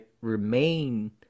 remain